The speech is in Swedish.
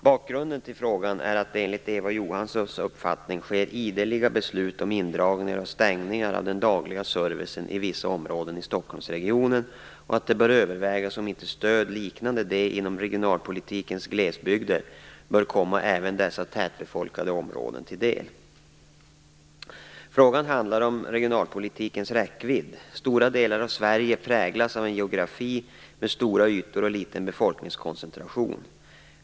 Bakgrunden till frågan är att det, enligt Eva Johanssons uppfattning, sker ideliga beslut om indragningar och stängningar av den dagliga servicen i vissa områden i Stockholmsregionen, och att det bör övervägas om inte stöd liknande de inom regionalpolitikens glesbygder bör komma även dessa tätbefolkade områden till del. Frågan handlar om regionalpolitikens räckvidd. Stora delar av Sverige präglas av en geografi med stora ytor och liten befolkningskoncentration.